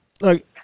Look